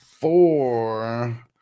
four